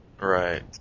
Right